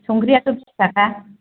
संख्रियाथ' बिसथाखा